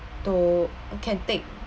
to uh can take